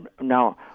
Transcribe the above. Now